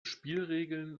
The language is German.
spielregeln